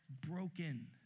broken